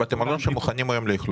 בתי מלון שמוכנים היום לאכלוס.